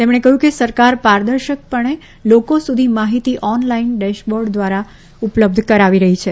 તેમણે કહ્યું કે સરકાર પારદર્શકપણે લોકો સુધી માહિતી ઓન લાઇન ડેસબોર્ડ દ્વારા ઉપલબ્ધ કરાવી રહી છે